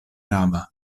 rava